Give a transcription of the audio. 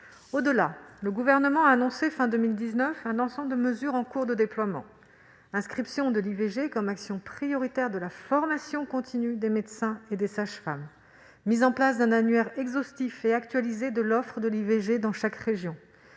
mesures, le Gouvernement a annoncé à la fin de 2019 un ensemble de dispositifs qui sont en cours de déploiement : l'inscription de l'IVG comme action prioritaire de la formation continue des médecins et des sages-femmes, la mise en place d'un annuaire exhaustif et actualisé de l'offre d'IVG dans chaque région,